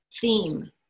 theme